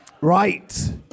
Right